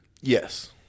Yes